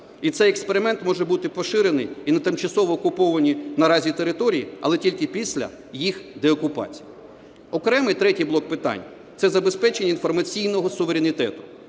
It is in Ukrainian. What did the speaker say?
І цей експеримент може бути поширений і на тимчасові окуповані наразі території, але тільки після їх деокупації. Окремий третій блок питань – це забезпечення інформаційного суверенітету.